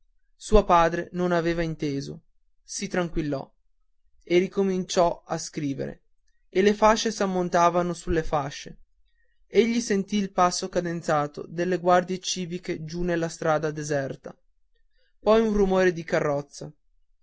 suo padre non aveva inteso si tranquillò e ricominciò a scrivere e le fasce s'ammontavano sulle fasce egli sentì il passo cadenzato delle guardie civiche giù nella strada deserta poi un rumore di carrozza